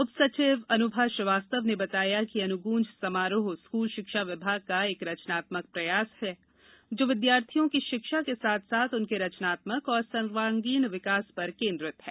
उप सचिव श्रीमती अनुभा श्रीवास्तव ने बताया कि अनुगंज समारोह स्कूल शिक्षा विभाग का एक रचनात्मक प्रयास है जो विद्यार्थियों की शिक्षा के साथ साथ उनके रचनात्मक और सर्वागीण विकास पर केंद्रित है